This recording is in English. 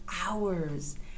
hours